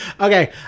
Okay